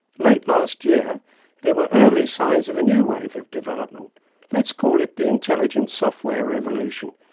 late last year there were early signs of a new wave of development let's call it the intelligent software revolution,